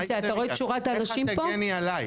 איך את תגני עלי?